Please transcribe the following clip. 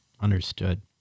Understood